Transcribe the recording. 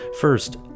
First